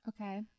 okay